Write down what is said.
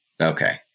Okay